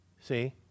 See